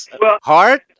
heart